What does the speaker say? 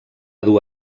dur